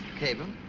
cable?